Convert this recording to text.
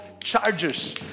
charges